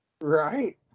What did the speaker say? Right